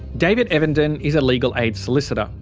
david evenden is a legal aid solicitor.